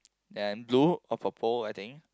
and blue of a pole I think